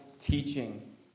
teaching